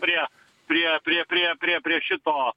prie prie prie prie prie prie šito